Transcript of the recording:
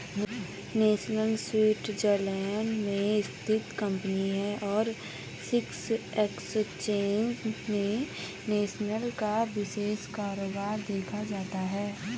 Nestle Switzerland में स्थित company है और स्विस एक्सचेंज में नेस्ले का विशेष कारोबार देखा जाता है